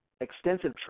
extensive